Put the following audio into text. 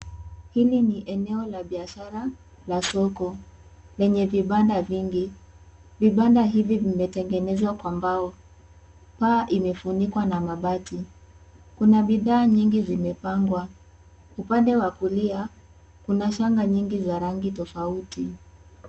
Hili ni eneo la biashara, la soko lenye vibanda vingi. Vibanda hivi vimeteng'enezwa kwa mbao. Paa imefunikwa na mabati. Kuna bidhaa nyingi zimepangwa. Upande wa kulia kuna shanga nyingi za rangi tofauti.